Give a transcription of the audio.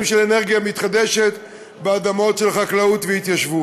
של אנרגיה מתחדשת באדמות של חקלאות והתיישבות.